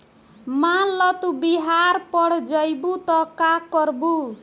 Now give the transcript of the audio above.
मान ल तू बिहार पड़ जइबू त का करबू